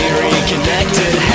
reconnected